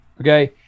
Okay